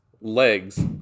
legs